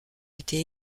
été